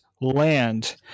land